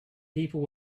people